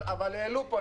אבל העלו פה.